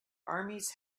armies